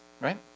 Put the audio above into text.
right